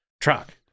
truck